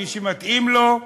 מי שמתאים לו,